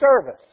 service